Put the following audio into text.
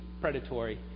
predatory